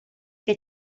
che